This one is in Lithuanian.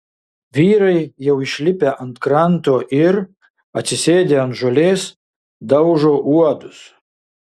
vyrai jau išlipę ant kranto ir atsisėdę ant žolės daužo uodus